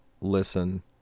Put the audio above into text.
listen